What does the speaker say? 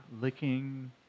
Licking